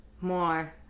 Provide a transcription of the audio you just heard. more